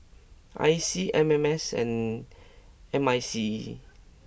I C M M S and M I C E